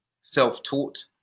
self-taught